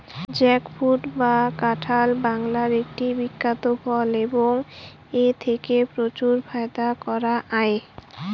jackfruit বা কাঁঠাল বাংলার একটি বিখ্যাত ফল এবং এথেকে প্রচুর ফায়দা করা য়ায়